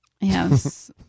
Yes